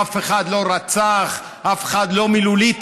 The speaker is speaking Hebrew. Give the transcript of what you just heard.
אף אחד לא רצח, אף אחד, מילולית,